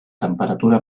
temperatura